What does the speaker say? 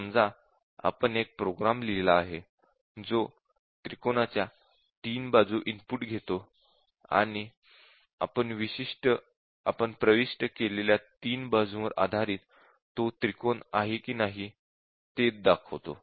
समजा आपण एक प्रोग्राम लिहिला आहे जो त्रिकोणाच्या तीन बाजू इनपुट घेतो आणि आपण प्रविष्ट केलेल्या तीन बाजूंवर आधारित तो त्रिकोण आहे की नाही ते दाखवतो